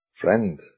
friend